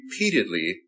repeatedly